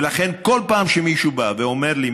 ולכן בכל פעם שמישהו בא ואומר לי,